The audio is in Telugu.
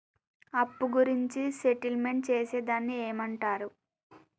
అప్పు గురించి సెటిల్మెంట్ చేసేదాన్ని ఏమంటరు?